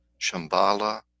Shambhala